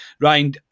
Ryan